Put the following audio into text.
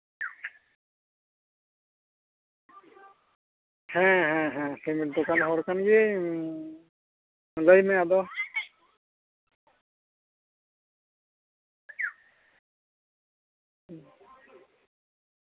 ᱦᱮᱸ ᱦᱮᱸ ᱦᱮᱸ ᱥᱤᱢᱤᱴ ᱫᱚᱠᱟᱱ ᱨᱮᱱ ᱦᱚᱲ ᱠᱟᱱ ᱜᱤᱭᱟᱹᱧ ᱞᱟᱹᱭ ᱢᱮ ᱟᱫᱚ ᱦᱩᱸ